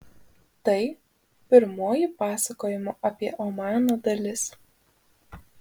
tai pirmoji pasakojimo apie omaną dalis